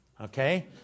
okay